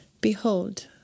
behold